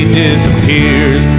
disappears